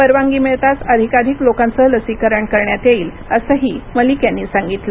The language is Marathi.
परवानगी मिळताच अधिकाधिक लोकांचं लसीकरण करण्यात येईल असंही मलिक यांनी सांगितलं